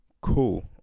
Cool